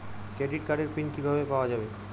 Credit কার্ডের PIN কিভাবে পাওয়া যাবে?